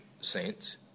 saints